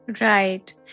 Right